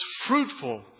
fruitful